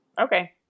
Okay